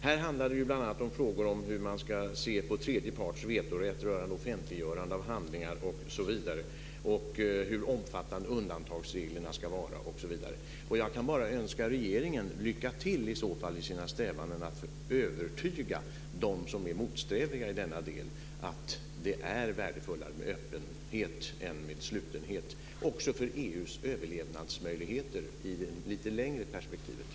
Här handlar det bl.a. om frågor hur man ska se på tredje parts vetorätt rörande offentliggörande av handlingar, hur omfattande undantagsreglerna ska vara osv. Jag kan bara önska regeringen lycka till i sina strävanden att övertyga dem som är motsträviga i denna del om att det är värdefullare med öppenhet än med slutenhet - också för EU:s överlevnadsmöjligheter i det lite längre perspektivet.